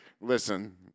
listen